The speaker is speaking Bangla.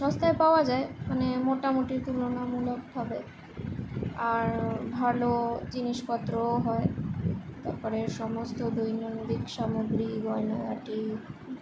সস্তায় পাওয়া যায় মানে মোটামুটি তুলনামূলকভাবে আর ভালো জিনিসপত্রও হয় তারপরে সমস্ত দৈনন্দিক সামগ্রি গয়নাগাটি